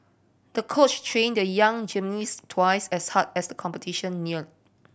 the coach trained the young gymnast twice as hard as the competition neared